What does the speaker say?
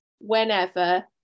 whenever